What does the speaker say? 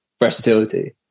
versatility